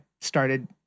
started